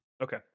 Okay